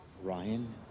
Ryan